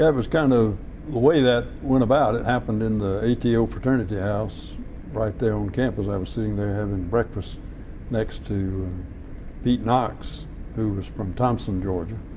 was kind of the way that went about it happened in the ato fraternity house right there on campus. i was sitting there having breakfast next to pete knox who was from thompson, georgia,